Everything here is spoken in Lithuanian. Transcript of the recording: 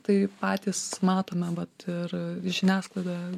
tai patys matome vat ir žiniasklaida